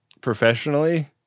professionally